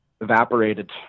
evaporated